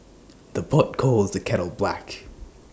the pot calls the kettle black